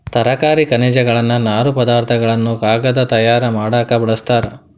ತರಕಾರಿ ಖನಿಜಗಳನ್ನ ನಾರು ಪದಾರ್ಥ ಗಳನ್ನು ಕಾಗದಾ ತಯಾರ ಮಾಡಾಕ ಬಳಸ್ತಾರ